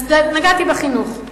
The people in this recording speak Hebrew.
אז נגעתי בחינוך.